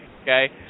Okay